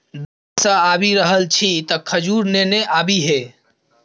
Dubai सँ आबि रहल छी तँ खजूर नेने आबिहे